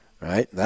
right